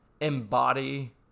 embody